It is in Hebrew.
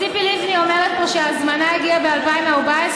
ציפי לבני אומרת פה שההזמנה הגיעה ב-2014.